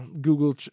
Google